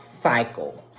cycle